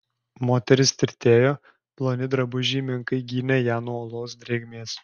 moteris tirtėjo ploni drabužiai menkai gynė ją nuo olos drėgmės